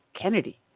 Kennedy